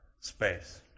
space